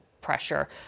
pressure